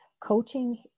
Coaching